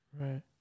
right